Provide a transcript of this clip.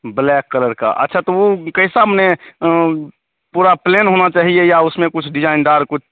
black colour का अच्छा तो वह कैसा मने पूरा प्लेन होना चाहिए या उसमें कुछ डिजाइनदार कुछ